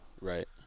Right